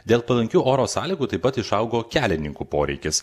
dėl palankių oro sąlygų taip pat išaugo kelininkų poreikis